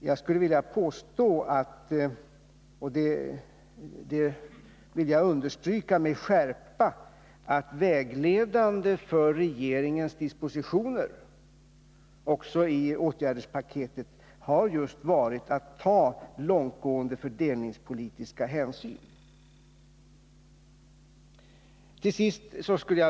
Jag vill med skärpa understryka att strävan att ta långtgående fördelningspolitiska hänsyn har varit vägledande för regeringens dispositioner också i åtgärdspaketet.